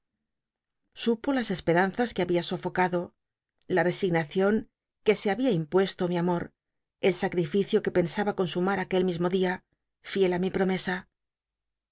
supo las esperanzas que babia sofocado la l'e signacion que se habia impuesto mi amor el sacl'ificio que pensaba consumar aquel mismo dia fiel i mi promesa